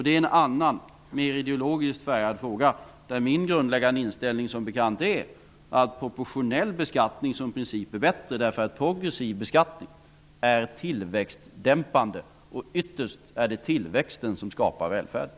Det är en annan, mer ideologiskt färgad fråga, där min grundläggande inställning som bekant är att proportionell beskattning som princip är bättre därför att progressiv beskattning är tillväxtdämpande, och ytterst är det tillväxten som skapar välfärden.